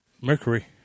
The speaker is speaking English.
mercury